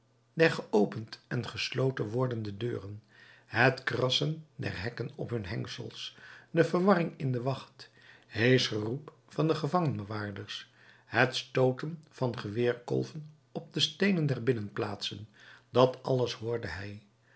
geopend en gesloten wordende deuren het krassen der hekken op hun hengsels de verwarring in de wacht heesch geroep van gevangenbewaarders het stooten van geweerkolven op de steenen der binnenplaatsen dat alles hoorde hij